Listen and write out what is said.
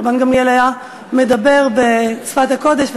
רבן גמליאל היה מדבר בשפת הקודש,